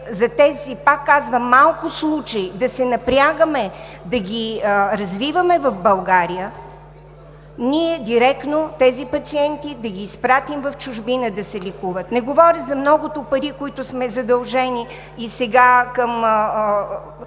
за тези, пак казвам малко случаи, да се напрягаме да ги развиваме в България, ние директно тези пациенти да ги изпратим в чужбина да се лекуват? Не говоря за многото пари, с които сме задължени и сега към